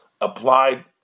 applied